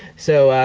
so,